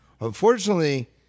unfortunately